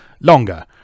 longer